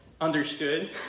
understood